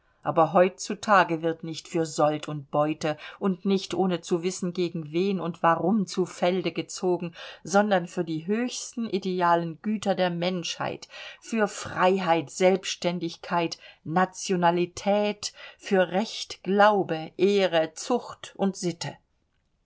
aber heutzutage wird nicht für sold und beute und nicht ohne zu wissen gegen wen und warum zu felde gezogen sondern für die höchsten idealen güter der menschheit für freiheit selbständigkeit nationalität für recht glaube ehre zucht und sitte